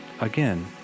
Again